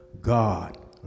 God